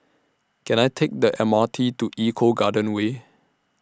Can I Take The M R T to Eco Garden Way